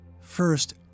First